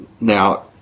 now